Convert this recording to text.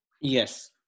Yes